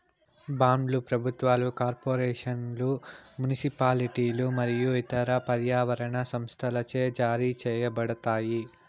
బాండ్లు ప్రభుత్వాలు, కార్పొరేషన్లు, మునిసిపాలిటీలు మరియు ఇతర పర్యావరణ సంస్థలచే జారీ చేయబడతాయి